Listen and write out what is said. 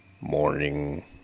morning